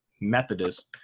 Methodist